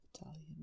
Italian